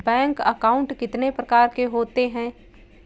Bank account कितने प्रकार के होते हैं?